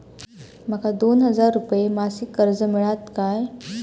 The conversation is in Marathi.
माका दोन हजार रुपये मासिक कर्ज मिळात काय?